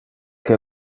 que